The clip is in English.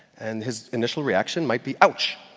and his initial reaction might be, ouch!